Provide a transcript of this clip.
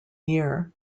year